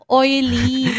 oily